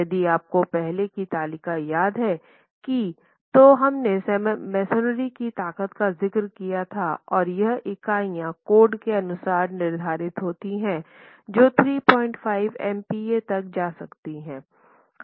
यदि आपको पहले की तालिका याद है कि तो हमने मेसनरी की ताकत का जिक्र किया था और यह इकाइयाँ कोड के अनुसार निर्धारित होती हैं जो 35 MPa तक जा सकती हैं